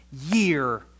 year